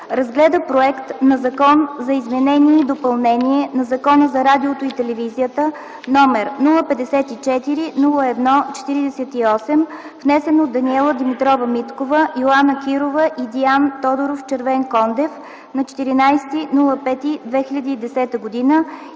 разгледа проект на Закон за изменение и допълнение на Закона за радиото и телевизията № 054-01-48, внесен от Даниела Димитрова Миткова, Йоана Кирова и Диан Тодоров Червенкондев на 14 май 2010 г.,